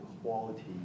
quality